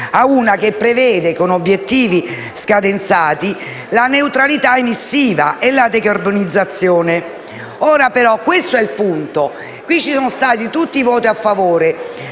che preveda, con obiettivi scadenzati, la neutralità emissiva e la decarbonizzazione. Ora però questo è il punto: qui ci sono stati tutti voti a favore,